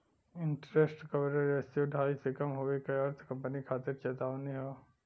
interest coverage ratio ढाई से कम होये क अर्थ कंपनी खातिर चेतावनी हौ